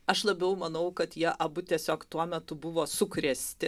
aš labiau manau kad jie abu tiesiog tuo metu buvo sukrėsti